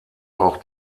auch